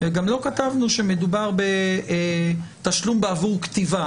וגם לא כתבנו שמדובר בתשלום בעבור כתיבה.